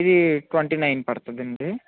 ఇది twenty nine పడుతుందండి